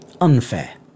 unfair